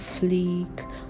fleek